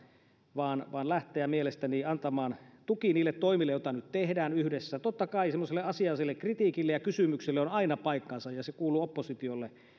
vaan vaan lähteä antamaan tuki niille toimille joita nyt tehdään yhdessä totta kai semmoiselle asialliselle kritiikille ja kysymyksille on aina paikkansa ja se kuuluu oppositiolle